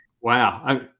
wow